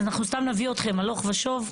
אז סתם נביא אתכם הלוך ושוב.